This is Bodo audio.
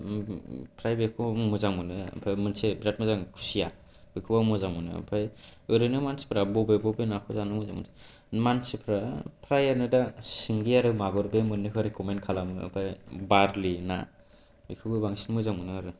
ओमफ्राय बेखौ मोजां मोनो ओमफ्राय मोनसे बेराद मोजां मोनो खुसिया बेखौ आं मोजां मोनो ओमफ्राय ओरैनो मानसिफोरा बबे बबे नाखौ जानो मोजां मोनो मानसिफोरा फ्रायानो दा सिंगि आरो मागुर बे मोननैखौ रिकमेन खालामो ओमफ्राय बार्लि ना बेफोरखौ बांसिन मोजां मोनो आरो